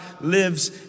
lives